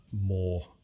more